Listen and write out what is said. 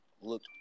look